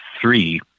three